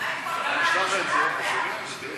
את הצעת חוק הבוררות (תיקון,